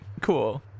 cool